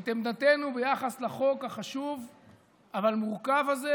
את עמדתנו ביחס לחוק החשוב אבל המורכב הזה,